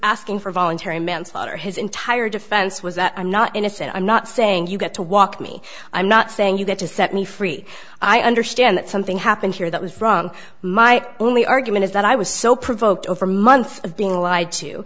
asking for voluntary manslaughter his entire defense was that i'm not innocent i'm not saying you got to walk me i'm not saying you got to set me free i understand that something happened here that was wrong my only argument is that i was so provoked over months of being lied t